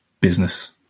business